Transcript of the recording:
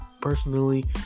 personally